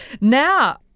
Now